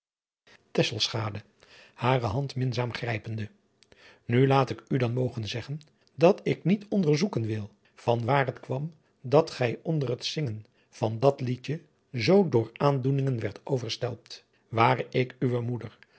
nu laat ik u dan mogen zeggen dat ik niet onderzoeken wil van waar het kwam dat gij onder het zingen van dat liedje zoo door aandoeningen werdt overstelpt ware ik uwe moeder